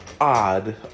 odd